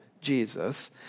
Jesus